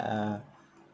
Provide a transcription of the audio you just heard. uh